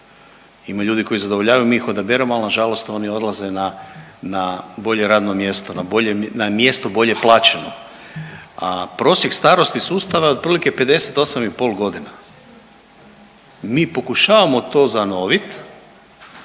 ima ljudi koji zadovoljavaju mi ih odaberemo, ali nažalost oni odlaze na bolje radno mjesto, na mjesto bolje plaćeno. A prosjek starosti sustava je otprilike 58,5 godina. Mi pokušavamo to zanovit